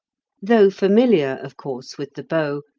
though familiar, of course, with the bow,